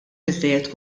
biżżejjed